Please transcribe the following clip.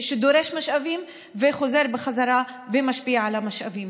שדורש משאבים וחוזר בחזרה ומשפיע על המשאבים,